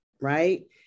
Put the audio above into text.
Right